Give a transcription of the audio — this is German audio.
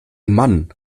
mann